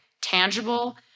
tangible